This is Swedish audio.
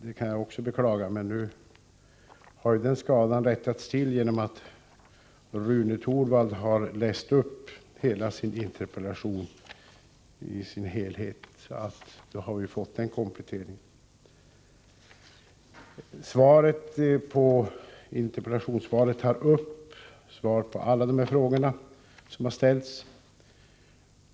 Det kan jag också beklaga, men nu har den skadan rättats till genom att Rune Torwald har läst upp sin interpellation i dess helhet, så den kompletteringen har vi fått. Interpellationssvaret tar upp alla de frågor som har ställts.